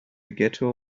ghetto